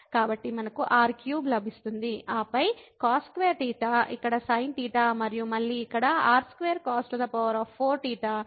కాబట్టి మనకు r3 లభిస్తుంది ఆపై cos2θ ఇక్కడ sin θ మరియు మళ్ళీ ఇక్కడ r2cos4θ మరియు r2sin2θ